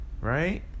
Right